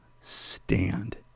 stand